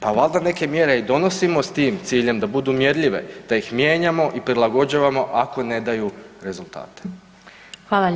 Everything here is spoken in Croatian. Pa valjda neke mjere i donosimo s tim ciljem da budu mjerljive, da ih mijenjamo i prilagođavamo ako ne daju rezultate.